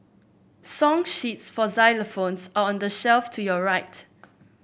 song sheets for xylophones are on the shelf to your right